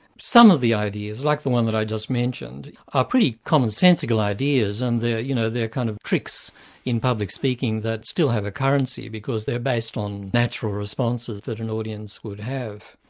some of the ideas, like the one that i just mentioned, are pretty commonsensical ideas and there you know are kind of tricks in public speaking that still have a currency, because they're based on natural responses that an audience would have.